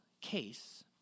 case